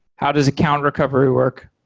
how does account recovery work?